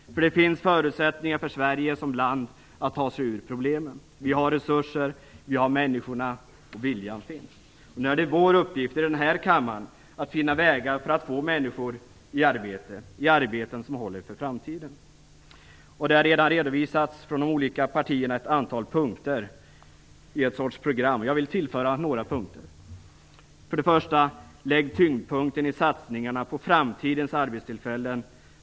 Det finns förutsättningar för Sverige att ta sig ur problemen. Vi har resurser. Vi har människorna. Viljan finns. Nu är det vår uppgift i den här kammaren att finna vägar för att få människor i arbeten som håller för framtiden. Från de olika partierna har det redan redovisats ett antal punkter i en sorts program. Jag vill tillföra några punkter. För det första: Lägg tyngdpunkten i satsningarna på framtidens arbetstillfällen.